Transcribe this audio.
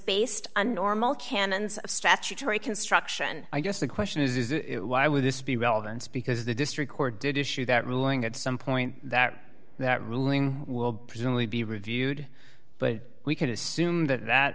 based on normal canons of statutory construction i guess the question is is it why would this be relevance because the district court did issue that ruling at some point that that ruling will presumably be reviewed but we can assume that that